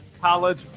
college